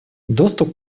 доступ